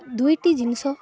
ଦୁଇଟି ଜିନିଷ